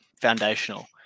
foundational